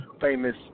famous